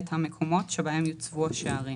את המקומות שבהם יוצבו השערים."